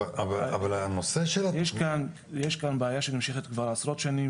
אבל הנושא של הדיון --- יש כאן בעיה שנמשכת כבר עשרות שנים